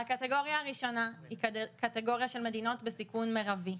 הקטגוריה הראשונה היא קטגוריה של מדינות בסיכון מרבי.